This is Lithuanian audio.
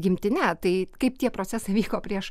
gimtinetai kaip tie procesai vyko prieš